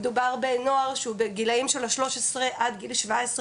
מדובר בנוער שהוא בגילאים של ה-13 עד גיל 17,